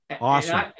Awesome